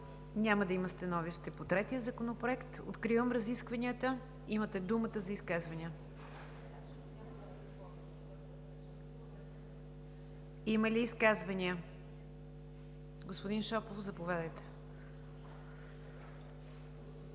Няма да има становище по третия Законопроект. Откривам разискванията. Имате думата за изказвания. Господин Шопов, заповядайте.